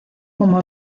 como